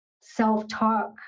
self-talk